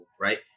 right